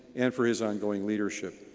and for his ongoing leadership.